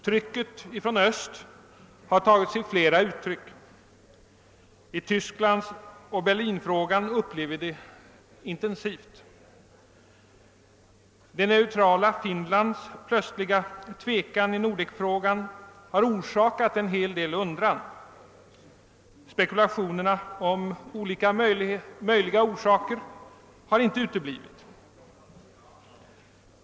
Trycket från Öst har tagit sig fiera uttryck. I Tysklandsoch Berlinfrågorna upplever vi detta intensivt. Det neutrala Finlands plötsliga tvekan i Nordekfrågan har orsakat en hel del undran. Spekulationerna om olika möjliga orsaker har inte uteblivit.